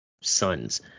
sons